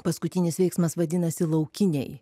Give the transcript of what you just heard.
paskutinis veiksmas vadinasi laukiniai